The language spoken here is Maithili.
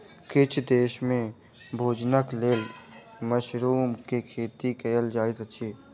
किछ देस में भोजनक लेल मशरुम के खेती कयल जाइत अछि